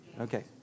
Okay